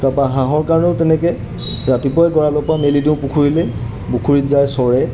তাৰপৰা হাঁহৰ কাৰণেও তেনেকৈ ৰাতিপুৱাই গঁৰালৰপৰা মেলি দিওঁ পুখুৰীলৈ পুখুৰীত যায় চৰে